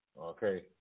Okay